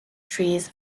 trees